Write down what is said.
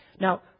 Now